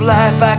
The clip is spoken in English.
life